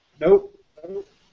Nope